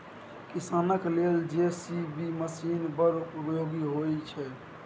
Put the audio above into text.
किसानक लेल JCB machine बड़ उपयोगी होइ छै